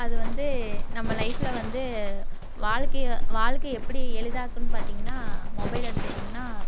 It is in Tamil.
அது வந்து நம்ம லைஃப்பில் வந்து வாழ்க்கைய வாழ்க்கை எப்படி எளிதாக்கும்னு பார்த்தீங்கனா மொபைல் எடுத்துகிட்டிங்கனா